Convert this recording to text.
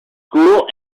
school